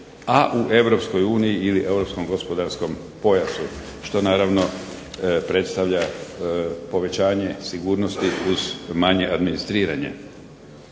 ili europskom gospodarskom pojasu, što naravno predstavlja povećanje sigurnosti uz manje administriranje.